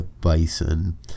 bison